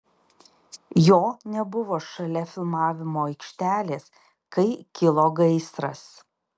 jo nebuvo šalia filmavimo aikštelės kai kilo gaisras